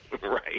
Right